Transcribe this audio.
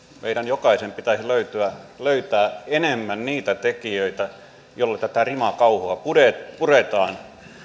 meidän jokaisen pitäisi löytää enemmän niitä tekijöitä joilla tätä rimakauhua puretaan puretaan